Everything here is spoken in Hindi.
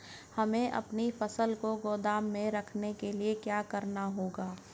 हमें अपनी फसल को गोदाम में रखने के लिये क्या करना होगा?